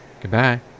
goodbye